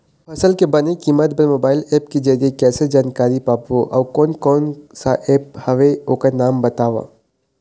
फसल के बने कीमत बर मोबाइल ऐप के जरिए कैसे जानकारी पाबो अउ कोन कौन कोन सा ऐप हवे ओकर नाम बताव?